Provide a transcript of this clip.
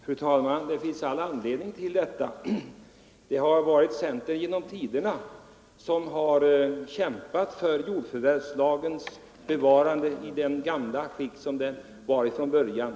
Fru talman! Det finns all anledning att hysa farhågor i detta fall. Det är centern som genom tiderna har kämpat för jordförvärvslagens och bolagsförbudslagens bevarande i det skick som de hade från början.